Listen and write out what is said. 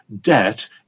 debt